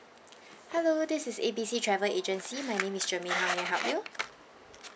hello this is A B C travel agency my name is germaine how may I help you